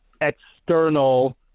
external